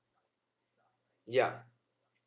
ya